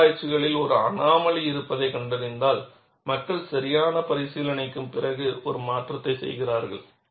சில ஆராய்ச்சிகளில் ஒரு அனாமலி இருப்பதைக் கண்டறிந்தால் மக்கள் சரியான பரிசீலனைக்குப் பிறகு ஒரு மாற்றத்தைச் செய்கிறார்கள்